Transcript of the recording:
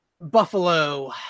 Buffalo